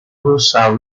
hausa